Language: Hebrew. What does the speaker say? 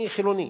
אני חילוני,